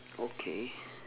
okay